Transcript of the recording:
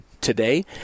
today